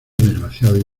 desgraciados